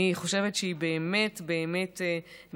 אני חושבת שהיא באמת מיותרת.